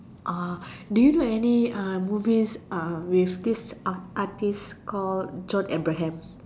uh do you know any movies with this art artist called John Abraham